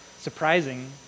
surprising